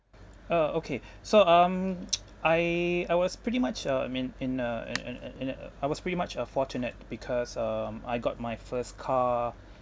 uh okay so um I I was pretty much uh I mean in a and and in a I was pretty much uh fortunate because um I got my first car